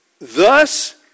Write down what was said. Thus